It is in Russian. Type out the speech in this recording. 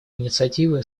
инициативы